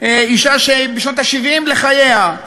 אישה בשנות ה-70 לחייה,